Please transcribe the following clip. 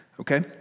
Okay